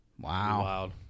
Wow